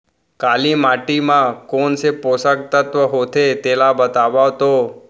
काली माटी म कोन से पोसक तत्व होथे तेला बताओ तो?